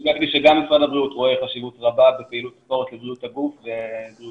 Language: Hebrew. שגם משרד הבריאות רואה חשיבות רבה בפעילות ספורט לבריאות הגוף והנפש,